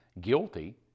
guilty